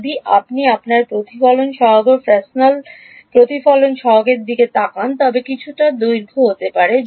যদি আপনি আপনার প্রতিফলন সহগ ফ্রেসেনেল প্রতিফলন সহগের দিকে তাকান তবে কিছুটা দীর্ঘ হতে পারে